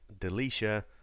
Delicia